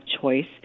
choice